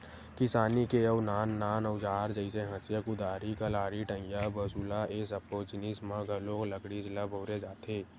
किसानी के अउ नान नान अउजार जइसे हँसिया, कुदारी, कलारी, टंगिया, बसूला ए सब्बो जिनिस म घलो लकड़ीच ल बउरे जाथे